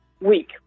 week